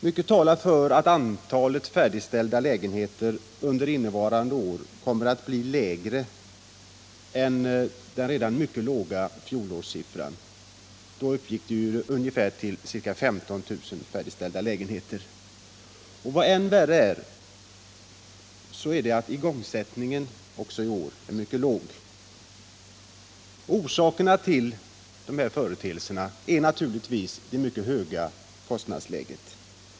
Mycket talar för att antalet färdigställda lägenheter under innevarande år kommer att bli lägre än fjolårets redan mycket låga antal. Förra året uppgick ju de färdigställda lägenheterna till ca 15 000. Än värre är att igångsättningen också i år är mycket låg. Orsakerna till dessa företeelser är naturligtvis det mycket höga kostnadsläget.